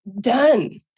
done